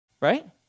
Right